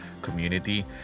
community